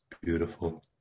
beautiful